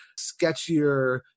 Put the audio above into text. sketchier